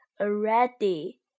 already